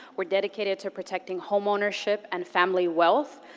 we're dedicated to protecting home ownership and family wealth,